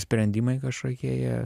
sprendimai kažkokie jie